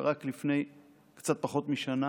ורק לפני קצת פחות משנה